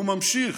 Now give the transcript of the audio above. והוא ממשיך: